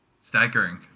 staggering